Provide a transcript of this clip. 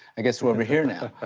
i guess we're over here now.